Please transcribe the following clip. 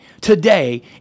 today